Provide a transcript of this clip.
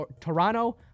Toronto